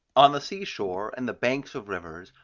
on the sea shore, and the banks of rivers,